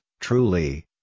truly